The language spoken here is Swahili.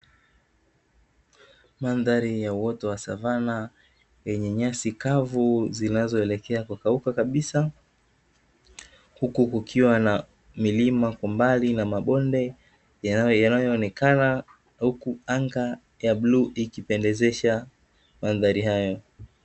Mandhari ya uoto wa savana, yenye nyasi kavu zinazoelekea kukauka kabisa, huku kukiwa na milima kwa mbali na mabonde yanayoonekana, huku anga ya bluu ikiependezesha mandhari hayo.